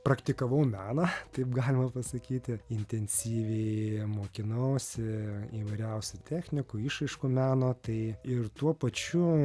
praktikavau meną taip galima pasakyti intensyviai mokinausi įvairiausių technikų išraiškų meno tai ir tuo pačiu